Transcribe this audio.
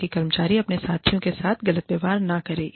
ताकि कर्मचारी अपने साथियों के साथ गलत व्यवहार न करे